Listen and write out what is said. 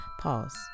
Pause